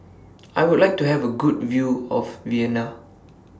I Would like to Have A Good View of Vienna